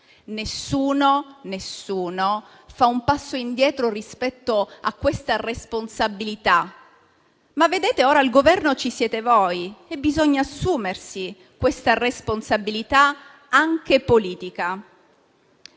Governi. Nessuno fa un passo indietro rispetto a questa responsabilità. Ma ora al Governo ci siete voi e bisogna assumersi la responsabilità anche politica.